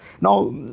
now